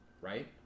right